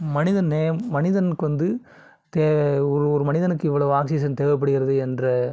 மனித நேயம் மனிதனுக்கு வந்து தே ஒரு ஒரு மனிதனுக்கு இவ்வளவு ஆக்ஸிஜன் தேவைப்படுகிறது என்ற